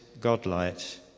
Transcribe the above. God-light